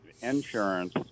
insurance